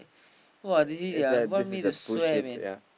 it's a this is a bullshit ya